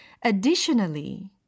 Additionally